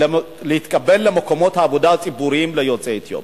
להתקבל למקומות עבודה ציבוריים ליוצאי אתיופיה.